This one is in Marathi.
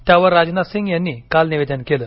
त्यावर राजनाथसिंग यांनी काल निवेदन केले